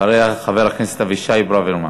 אחריה, חבר הכנסת אבישי ברוורמן.